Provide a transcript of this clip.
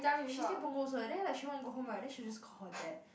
she stay Punggol also then like she wanna go home right then she will just call dad